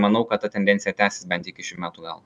manau kad ta tendencija tęsis bent iki šių metų galo